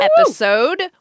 episode